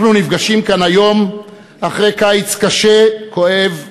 אנחנו נפגשים כאן היום אחרי קיץ קשה, כואב ומדמם.